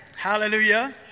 Hallelujah